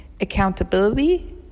accountability